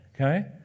Okay